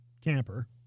camper